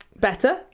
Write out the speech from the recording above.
better